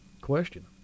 question